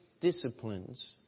disciplines